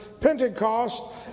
pentecost